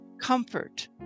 Comfort